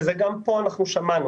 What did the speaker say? וגם כאן שמענו